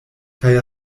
kaj